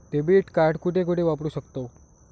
Debit card कुठे कुठे वापरू शकतव?